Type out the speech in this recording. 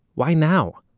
why now?